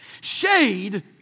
Shade